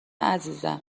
عزیزم